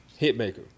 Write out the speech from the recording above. Hitmaker